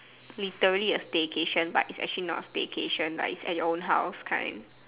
literally a staycation but it's actually not a staycation it's at your own house kind